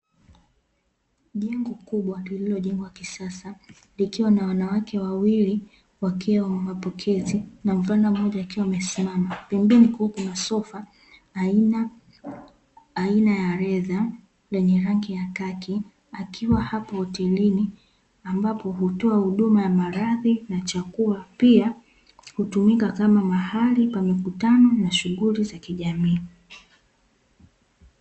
Jengo kubwa lililojengwa kisasa likiwa na wanawake wawili wakiwa mapokezi, na mvulana mmoja akiwa amesimama, pembeni kukiwa na sofa aina ya ledha lenye rangi ya kaki, akiwa hapo hotelini ambapo hutoa huduma ya maradhi na chakula, pia hutumika kama mahali pa mikutano na shughuli za kijamii.